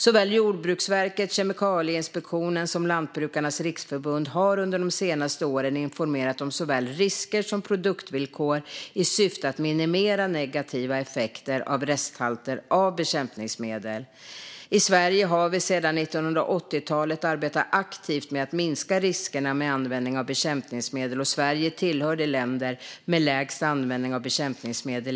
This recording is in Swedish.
Såväl Jordbruksverket och Kemikalieinspektionen som Lantbrukarnas Riksförbund har under de senaste åren informerat om såväl risker som produktvillkor i syfte att minimera negativa effekter av resthalter av bekämpningsmedel. I Sverige har vi sedan 1980-talet arbetat aktivt med att minska riskerna med användning av bekämpningsmedel, och Sverige tillhör de länder i Europa som har lägst användning av bekämpningsmedel.